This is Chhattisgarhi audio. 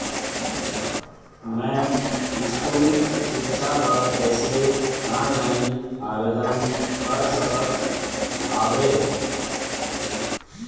मैं स्कूल सिक्छा बर कैसे ऑनलाइन आवेदन कर सकत हावे?